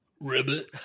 Ribbit